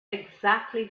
exactly